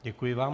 Děkuji vám.